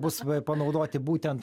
bus panaudoti būtent